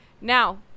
Now